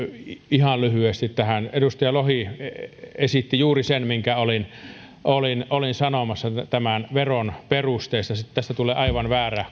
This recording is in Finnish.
ihan lyhyesti tähän edustaja lohi esitti juuri sen minkä olin olin sanomassa tämän veron perusteesta tästä keskustelusta tulee aivan väärä